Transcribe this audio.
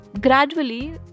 Gradually